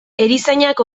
erizainak